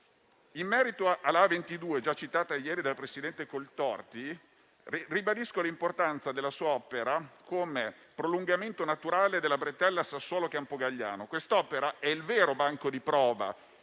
In merito alla A22, già citata ieri dal presidente Coltorti, ribadisco l'importanza dell'opera come prolungamento naturale della bretella Sassuolo-Campogalliano; quest'opera è il vero banco di prova